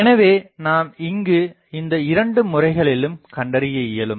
எனவே நாம் இங்கு இந்த இரண்டு முறைகளிலும் கண்டறிய இயலும்